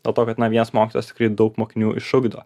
dėl to kad na vienas mokytojas tikrai daug mokinių išugdo